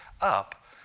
up